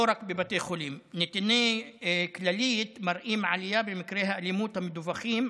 לא רק בבתי חולים: נתוני כללית מראים עלייה במקרי האלימות המדווחים,